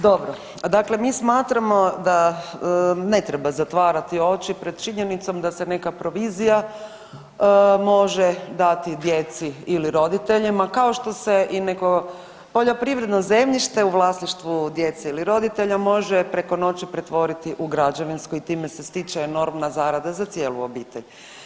Dobro, dakle mi smatramo da ne treba zatvarati oči pred činjenicom da se neka provizija može dati djeci ili roditeljima, kao što se i neko poljoprivredno zemljište u vlasništvu djece ili roditelja može preko noći pretvoriti u građevinsko i time se stiče enormna zarada za cijelu obitelj.